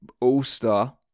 All-Star